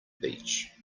beach